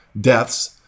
deaths